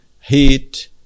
heat